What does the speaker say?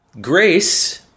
Grace